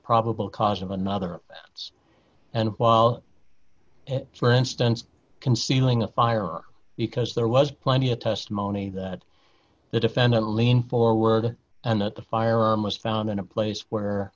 probable cause of another it's and while so instance concealing a firearm because there was plenty of testimony that the defendant leaned forward and at the firearm was found in a place where